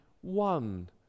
one